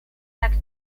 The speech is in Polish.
tak